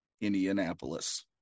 Indianapolis